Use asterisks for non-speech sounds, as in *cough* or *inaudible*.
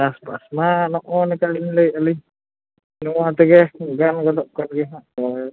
ᱪᱟᱥᱵᱟᱥ ᱢᱟ ᱱᱚᱜᱼᱚᱸᱭ ᱱᱚᱠᱟᱜᱮᱞᱤᱧ ᱞᱟᱹᱭᱮᱫ ᱟᱹᱞᱤᱧ ᱱᱚᱣᱟᱛᱮᱜᱮ ᱜᱟᱱ ᱜᱚᱫᱚᱜᱠᱟᱱ ᱜᱮᱭᱟᱦᱟᱜ *unintelligible*